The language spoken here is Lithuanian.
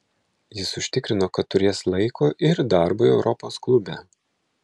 jis užtikrino kad turės laiko ir darbui europos klube